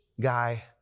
guy